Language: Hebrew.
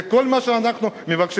זה כל מה שאנחנו מבקשים.